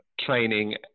training